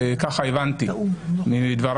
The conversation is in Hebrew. ככה הבנתי מדבריו.